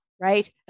right